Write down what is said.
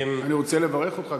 אני רוצה לברך אותך,